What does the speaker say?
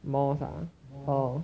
mosque ah orh